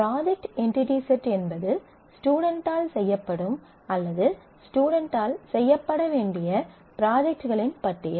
project entity set என்பது ஸ்டுடென்ட்டால் செய்யப்படும் அல்லது ஸ்டுடென்ட்டால் செய்யப்பட வேண்டிய ப்ராஜெக்ட்களின் பட்டியல்